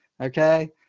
okay